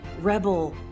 rebel